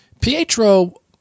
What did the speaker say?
pietro